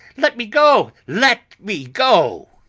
let me go! let me go!